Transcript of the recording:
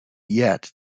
yet